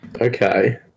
Okay